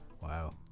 Wow